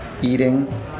eating